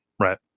right